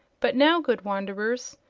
but now, good wanderers,